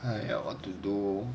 !aiya! what to do